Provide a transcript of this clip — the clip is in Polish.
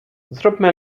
zróbmy